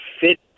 fit